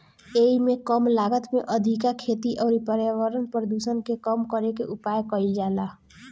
एइमे कम लागत में अधिका खेती अउरी पर्यावरण प्रदुषण के कम करे के उपाय कईल जाला